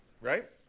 right